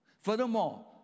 Furthermore